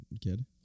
kid